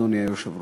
אדוני היושב-ראש.